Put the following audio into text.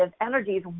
energies